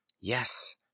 Yes